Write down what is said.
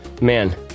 Man